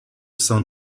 s’en